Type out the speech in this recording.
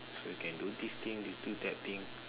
so you can do this thing you do that thing